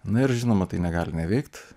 na ir žinoma tai negali neveikt